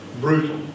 brutal